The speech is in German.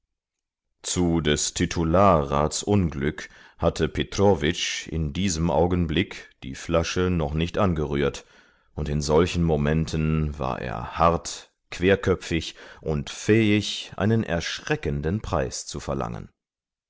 zu des titularrats unglück hatte petrowitsch in diesem augenblick die flasche noch nicht angerührt und in solchen momenten war er hart querköpfig und fähig einen erschreckenden preis zu verlangen